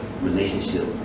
relationship